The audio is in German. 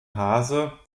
hase